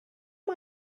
you